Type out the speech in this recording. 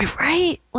Right